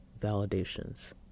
validations